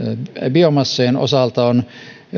biomassojen osalta ovat